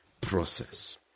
process